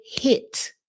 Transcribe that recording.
hit